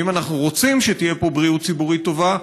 אם אנחנו רוצים שתהיה פה בריאות ציבורית טובה,